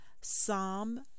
Psalm